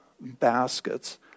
baskets